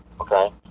okay